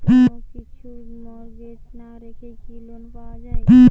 কোন কিছু মর্টগেজ না রেখে কি লোন পাওয়া য়ায়?